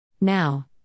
Now